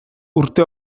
urte